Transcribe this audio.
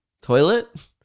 toilet